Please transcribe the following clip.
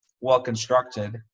well-constructed